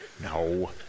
No